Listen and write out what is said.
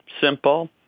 simple